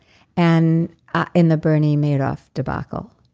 and in the bernie madoff debacle.